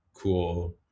cool